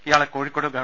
ഇയാളെ കോഴിക്കോട് ഗവ